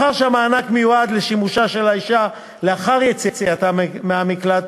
מאחר שהמענק מיועד לשימושה של האישה לאחר יציאתה מהמקלט,